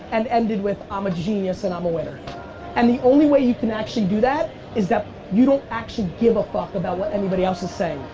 and ended with i'm um a genius, and i'm a winner and the only way you can actually do that is that you don't actually give a fuck about what anybody else is saying.